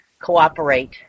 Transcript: cooperate